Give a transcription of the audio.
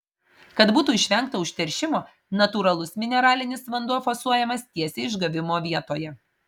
kad būtų išvengta užteršimo natūralus mineralinis vanduo fasuojamas tiesiai išgavimo vietoje